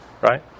Right